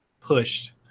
pushed